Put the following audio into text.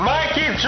Mikey